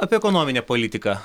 apie ekonominę politiką